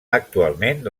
actualment